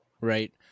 Right